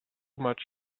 much